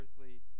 earthly